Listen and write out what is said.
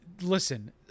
Listen